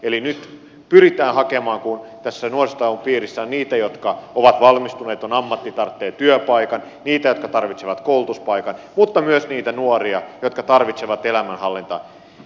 eli nyt pyritään hakemaan kun tässä nuorisotakuun piirissä on niitä jotka ovat valmistuneet on ammatti tarvitsevat työpaikan niitä jotka tarvitsevat koulutuspaikan myös niitä nuoria jotka tarvitsevat elämänhallintaa